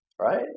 Right